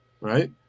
right